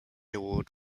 award